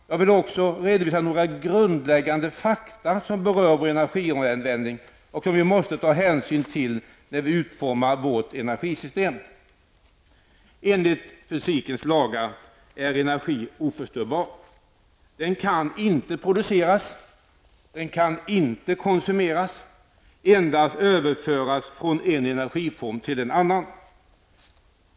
Jag vill också redovisa några grundläggande fakta som berör vår energianvändning och som vi måste ta hänsyn till när vi utformar vårt energisystem. Enligt fysikens lagar är energi oförstörbar. Den kan inte ''produceras'' eller ''konsumeras'', endast överföras från en energiform till en annan.